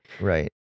Right